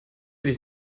dich